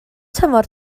tymor